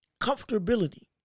comfortability